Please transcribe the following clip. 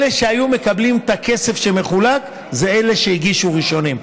אלה שהיו מקבלים את הכסף שמחולק הם אלה שהגישו ראשונים.